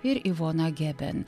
ir ivona geben